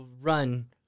run